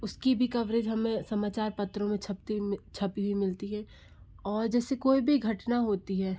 उसकी भी कवरेज हमें समाचार पत्रों में छपती हुई छपी हुई मिलती है और जैसे कोई भी घटना होती है